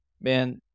man